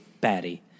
batty